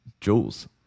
Jules